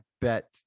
bet